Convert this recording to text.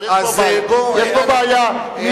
אבל יש פה בעיה,